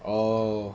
oh